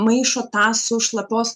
maišo tą su šlapios